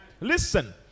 Listen